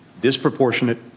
disproportionate